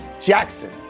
Jackson